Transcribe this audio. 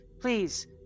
Please